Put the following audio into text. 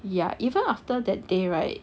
ya even after that day right